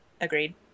agreed